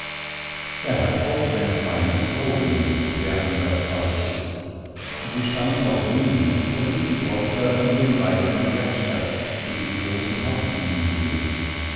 er hat sich auch eine feine frau genommen der ansas balczus sie stammt aus minge und ist die tochter von dem reichen jaksztat dem die großen haffwiesen gehören